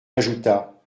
ajouta